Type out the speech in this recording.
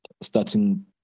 starting